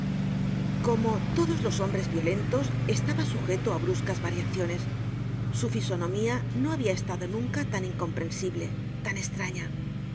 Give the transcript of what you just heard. como todos los hombres violentos estaba sujeto á bruscas variaciones su fisonomía no habia estado nunca tan incomprensible tan estraña